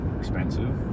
expensive